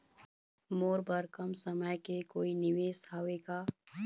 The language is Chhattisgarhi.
मोर बर कम समय के कोई निवेश हावे का?